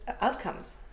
outcomes